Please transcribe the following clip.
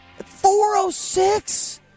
406